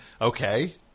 okay